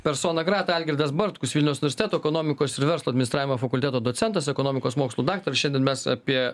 persona grata algirdas bartkus vilniaus unversteto ekonomikos ir verslo administravimo fakulteto docentas ekonomikos mokslų daktaras šiandien mes apie